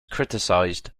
criticized